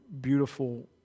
beautiful